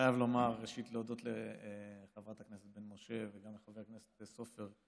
חייב ראשית להודות לחברת הכנסת בן משה וגם לחבר הכנסת אופיר סופר,